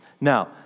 Now